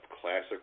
classic